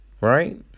right